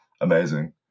amazing